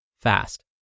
fast